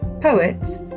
poets